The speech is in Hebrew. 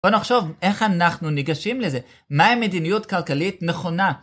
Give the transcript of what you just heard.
בוא נחשוב איך אנחנו ניגשים לזה, מהי מדיניות כלכלית נכונה.